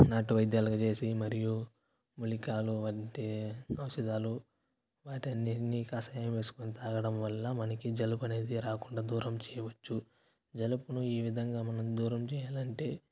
నాటు వైద్యాలుగా చేసి మరియు మూలికలు అంటే ఔషధాలు వాటన్నిటిని కషాయం వేసుకొని తాగడం వల్ల మనకి జలుబు అనేది రాకుండా దూరం చేయవచ్చు జలుబును ఈ విధంగా మనం దూరం చెయ్యాలంటే